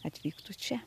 atvyktų čia